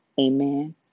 amen